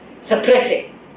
suppressing